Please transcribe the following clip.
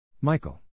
Michael